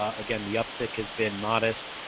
ah again the uptake has been modest